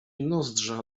nozdrza